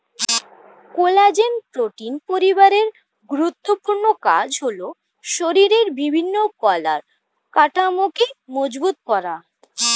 collagen protein পরিবারের গুরুত্বপূর্ণ কাজ হলো শরীরের বিভিন্ন কলার কাঠামোকে মজবুত করা